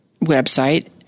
website